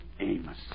Amos